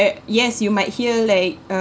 yes you might hear like uh